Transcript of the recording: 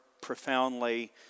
profoundly